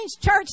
church